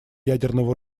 ядерного